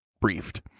briefed